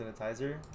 sanitizer